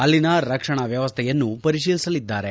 ಅಲ್ಲಿನ ರಕ್ಷಣಾ ವ್ಲವಸ್ಥೆಯನ್ನು ಪರಿತೀಲಿಸಲಿದ್ದಾರೆ